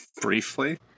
Briefly